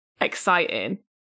exciting